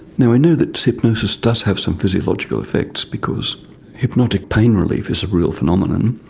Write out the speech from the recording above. now we know that hypnosis does have some physiological effects, because hypnotic pain relief is a real phenomenon.